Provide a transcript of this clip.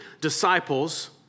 disciples